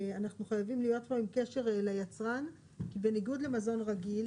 אנחנו חייבים להיות עם קשר ליצרן כי בניגוד למזון רגיל,